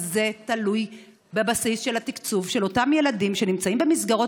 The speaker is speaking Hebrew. זה תלוי בבסיס של התקצוב של אותם ילדים שנמצאים במסגרות,